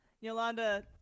Yolanda